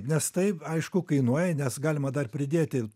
nes taip aišku kainuoja nes galima dar pridėti